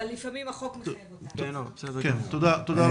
אבל לפעמים החוק --- תודה רבה.